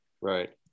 Right